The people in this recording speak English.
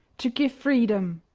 to give freedom.